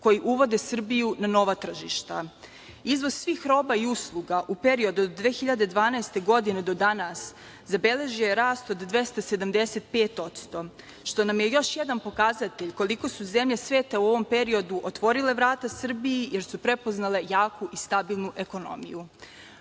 koji uvode Srbiju na nova tržišta. Izvoz svih roba i usluga u periodu od 2012. godine do danas zabeležio je rast od 275%, što nam je još jedan pokazatelj koliko su zemlje sveta u ovom periodu otvorile vrata Srbiji, jer su prepoznale jaku i stabilnu ekonomiju. Aleksandar